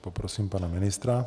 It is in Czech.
Poprosím pana ministra.